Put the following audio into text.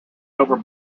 over